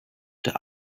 the